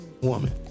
woman